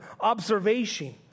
observation